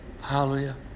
Hallelujah